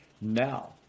Now